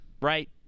right